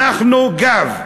אנחנו גב.